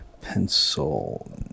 Pencil